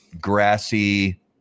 grassy